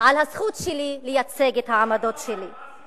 על הזכות שלי לייצג את העמדות שלי,